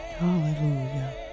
Hallelujah